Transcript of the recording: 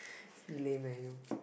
lame leh you